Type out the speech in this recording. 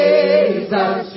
Jesus